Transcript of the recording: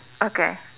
okay